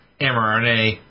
mRNA